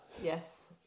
Yes